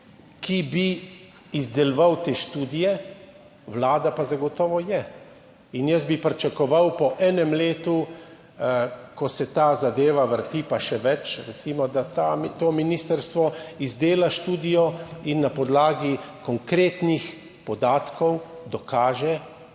ki bi izdelovala te študije, Vlada pa zagotovo je. Jaz bi pričakoval po enem letu, ko se ta zadeva vrti, pa še več, da ministrstvo recimo izdela to študijo in na podlagi konkretnih podatkov dokaže,